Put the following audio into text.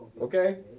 okay